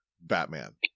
Batman